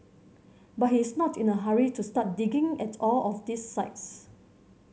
but he is not in a hurry to start digging at all of these sites